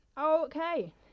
Okay